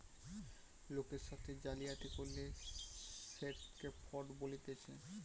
লোকের সাথে জালিয়াতি করলে সেটকে ফ্রড বলতিছে